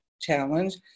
Challenge